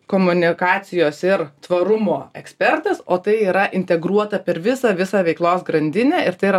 komunikacijos ir tvarumo ekspertas o tai yra integruota per visą visą veiklos grandinę ir tai yra